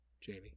Jamie